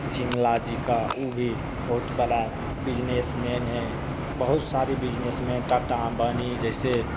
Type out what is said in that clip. शिमला जी का वो भी बहुत बड़ा बिज़नेसमैन है बहुत सारी बिज़नेस में टाटा अंबानी जैसे